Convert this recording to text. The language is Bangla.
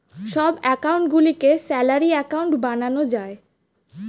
সব অ্যাকাউন্ট গুলিকে স্যালারি অ্যাকাউন্ট বানানো যায়